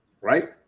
Right